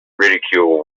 ridicule